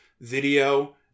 video